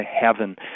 heaven